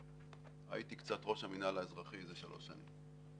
הייתי ראש המינהל האזרחי שלוש שנים,